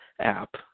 app